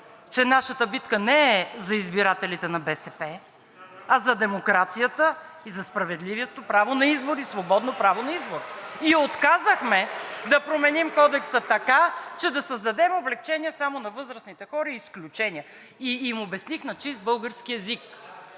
че нашата битка не е за избирателите на БСП, а за демокрацията и за справедливото право на избор и свободно право на избор (шум и реплики), и отказахме да променим Кодекса така, че да създадем облекчения само на възрастните хора и изключения. И им обясних на чист български език: